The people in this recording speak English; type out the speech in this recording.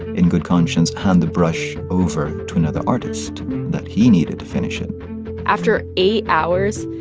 in good conscience, hand the brush over to another artist that he needed to finish it after eight hours,